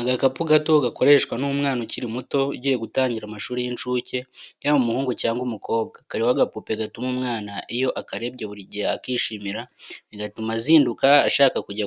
Agakapu gato gakoreshwa n'umwana ukiri muto ugiye gutangira amashuri y'incuke yaba umuhungu cyangwa umukobwa, kariho agapupe gatuma umwana iyo akarebye buri gihe akishimira bigatuma azinduka ashaka kujya